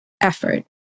effort